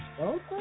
Okay